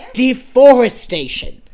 deforestation